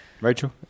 Rachel